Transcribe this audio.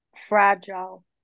fragile